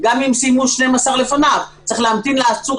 גם אם סיימו 12 לפניו צריך להמתין לעצור